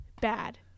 Bad